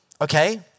okay